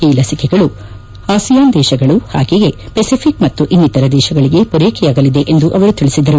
ಈ ಲಸಿಕೆಗಳು ಆಸಿಯಾನ್ ದೇಶಗಳು ಹಾಗೆಯೇ ಪೆಸಿಫಿಕ್ ಮತ್ತು ಇನ್ನಿತರ ದೇಶಗಳಿಗೆ ಪೂರೈಕೆವಾಗಲಿದೆ ಎಂದು ಅವರು ತಿಳಿಸಿದರು